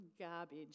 garbage